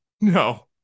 no